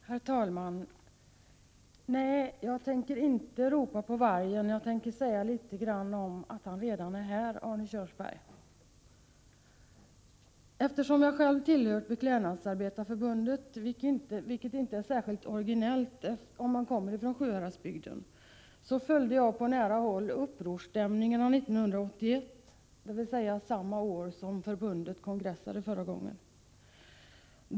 Herr talman! Nej, jag tänker inte ropa på vargen, jag tänker nämna litet grand om att han redan är här, Arne Kjörnsberg. Eftersom jag själv tillhört Beklädnadsarbetarnas förbund, vilket inte är särskilt originellt om man kommer ifrån Sjuhäradsbygden, följde jag på nära håll upprorsstämningarna 1981, samma år som förbundet kongressade förra gången.